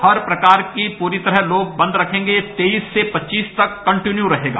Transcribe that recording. हर प्रकार लोग पूरी तरह बन्द रखेंगे तेईस से पच्चीस तक कन्दीन्यू रहेगा